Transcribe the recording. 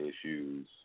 issues